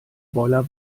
boiler